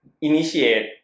initiate